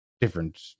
different